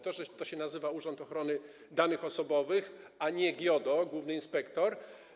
To, że będzie się nazywał Urząd Ochrony Danych Osobowych, a nie GIODO, główny inspektor.